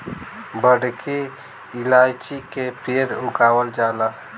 बड़की इलायची के पेड़ उगावल जाला